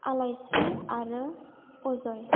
आलायस्रि आरो अजय